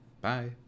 bye